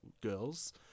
girls